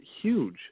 huge